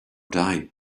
die